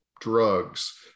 drugs